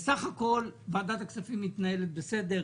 בסך הכול ועדת הכספים מתנהלת בסדר,